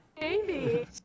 baby